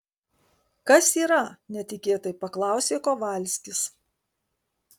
kas yra netikėtai paklausė kovalskis